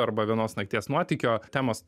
arba vienos nakties nuotykio temos